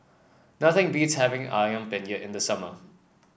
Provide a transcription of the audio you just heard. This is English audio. nothing beats having ayam Penyet in the summer